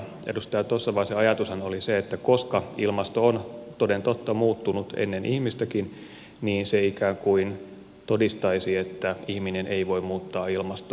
edustaja tossavaisen ajatushan oli se että koska ilmasto on toden totta muuttunut ennen ihmistäkin niin se ikään kuin todistaisi että ihminen ei voi muuttaa ilmastoa